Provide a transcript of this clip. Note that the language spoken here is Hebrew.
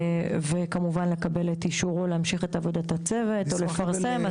וכמובן לקבל את אישורו להמשיך את עבודה הצוות ולפרסם.